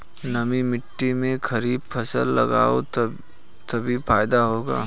नमी मिट्टी में खरीफ फसल लगाओगे तभी फायदा होगा